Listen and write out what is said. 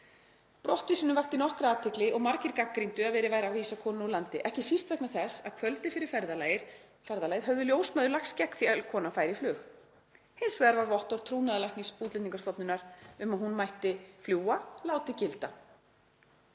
Brottvísunin vakti nokkra athygli og margir gagnrýndu að verið væri að vísa konunni úr landi, ekki síst vegna þess að kvöldið fyrir ferðalagið höfðu ljósmæður lagst gegn því að konan færi í flug. Hins vegar var vottorð trúnaðarlæknis Útlendingastofnunar um að hún mætti fljúga látið gilda.